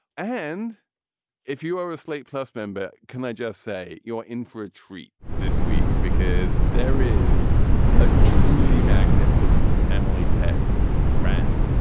and if you're a slate plus member, can i just say you're in for a treat this week because there is a truly magnificent. emily peck rand.